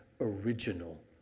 original